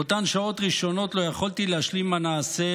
באותן שעות ראשונות לא יכולתי להשלים עם הנעשה,